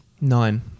Nine